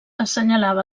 assenyalava